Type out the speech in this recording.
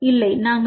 இல்லை நாங்கள் டி